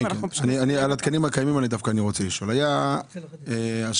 אני רוצה לשאול דווקא על התקנים הקיימים.